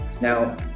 Now